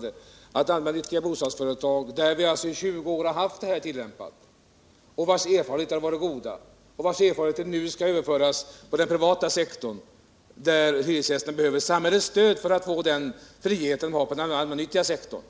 den att allmännyttiga bostadsföretag har ullämpat det här systemet 1 20 år och alt de har goda erfarenheter. Nu skall erfarenheterna alltså överföras på den privata sektorn, där hyresgästen behöver samhällets stöd för att få den frihet som han har inom den allmänna sektorn.